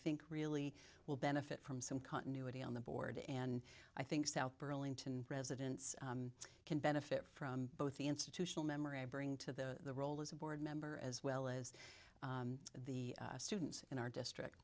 think really will benefit from some continuity on the board and i think south burlington residents can benefit from both the institutional memory i bring to the role as a board member as well as the students in our district